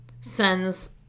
sends